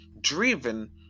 driven